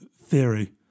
theory